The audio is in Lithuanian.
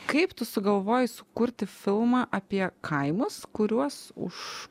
kaip tu sugalvojai sukurti filmą apie kaimus kuriuos už